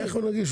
איך הוא נגיש?